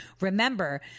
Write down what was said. remember